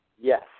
Yes